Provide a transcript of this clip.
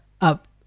up